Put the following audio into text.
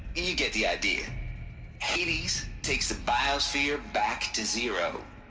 you get the idea hades. takes the biosphere back to zero.